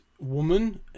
woman